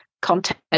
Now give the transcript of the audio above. content